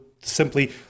simply